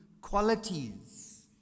qualities